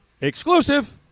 exclusive